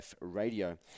radio